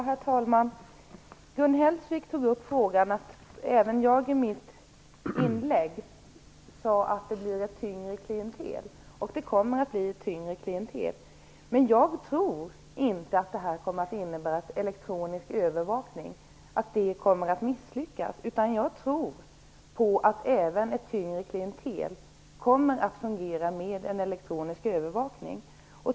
Herr talman! Gun Hellsvik tog upp att även jag i mitt inlägg sade att det kommer att bli ett tyngre klientel. Det kommer det att bli. Men jag tror inte att det kommer att innebära att elektronisk övervakning kommer att misslyckas. Jag tror att elektronisk övervakning kommer att fungera även med ett tyngre klientel.